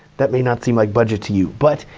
that may not seem like budget to you. but,